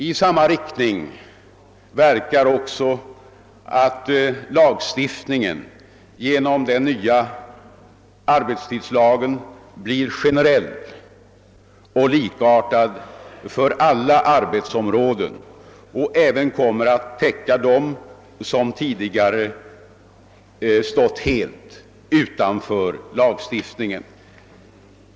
I samma riktning verkar också att lagstiftningen genom den nya arbetstidslagen blir generell och likartad för alla arbetsområden och även kommer att täcka de områden som tidigare helt har legat utanför lagstiftningen.